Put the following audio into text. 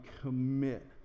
commit